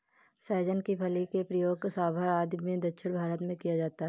सहजन की फली का प्रयोग सांभर आदि में भी दक्षिण भारत में किया जाता है